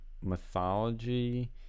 mythology